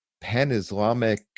pan-Islamic